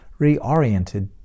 reoriented